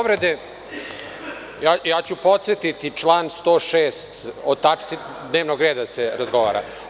Ja ću podsetiti na član 106. – o tačci dnevnog reda se razgovara.